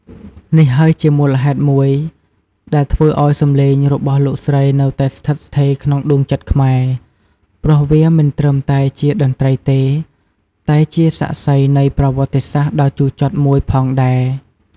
នេះហើយជាមូលហេតុមួយដែលធ្វើឲ្យសំឡេងរបស់លោកស្រីនៅតែស្ថិតស្ថេរក្នុងដួងចិត្តខ្មែរ ព្រោះវាមិនត្រឹមតែជាតន្ត្រីទេ តែជា សាក្សីនៃប្រវត្តិសាស្ត្រ ដ៏ជូរចត់មួយផងដែរ។